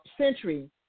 century